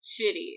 shitty